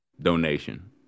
donation